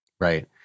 Right